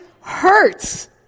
hurts